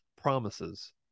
promises